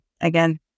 again